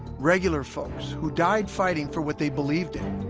regular folks who died fighting for what they believed in